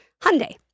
Hyundai